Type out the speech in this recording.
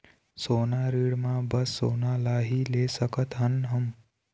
सोना ऋण मा बस सोना ला ही ले सकत हन हम?